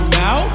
now